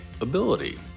ability